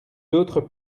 d’autres